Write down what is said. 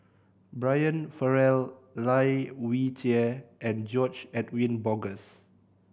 Brian Farrell Lai Weijie and George Edwin Bogaars